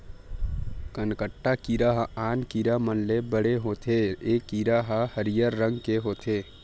कनकट्टा कीरा ह आन कीरा मन ले बड़े होथे ए कीरा ह हरियर रंग के होथे